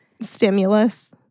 stimulus